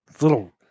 little